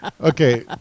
Okay